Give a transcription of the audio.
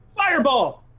Fireball